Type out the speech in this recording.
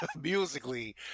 musically